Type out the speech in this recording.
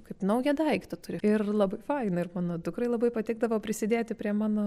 kaip naują daiktą turi ir labai faina ir mano dukrai labai patikdavo prisidėti prie mano